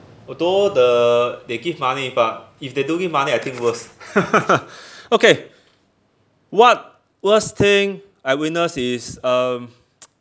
although the they give money but if they don't give money I think worse okay what worst thing I witness is um